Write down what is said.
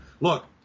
Look